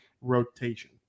rotation